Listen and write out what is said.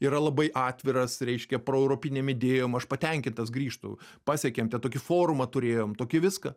yra labai atviras reiškia pro europinėm idėjom aš patenkintas grįžtu pasiekėm tą tokį forumą turėjom tokį viską